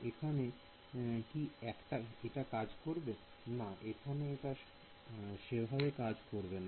এখানে কি এটা কাজ করবে না এখানে এটা সেভাবে কাজ করবে না